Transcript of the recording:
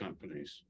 companies